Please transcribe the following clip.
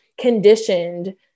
conditioned